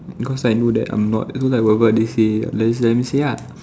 cause I know that I'm not cause like whatever they say just let them say lah